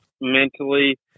mentally